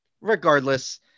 regardless